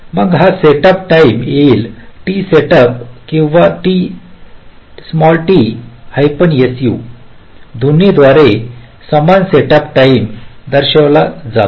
मग हा setup time येईल टी सेटअप किंवा t su दोन्ही द्वारे समान सेटअप टाइम द्वारे दर्शविला जातो